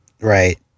Right